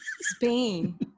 Spain